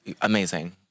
Amazing